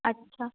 अच्छा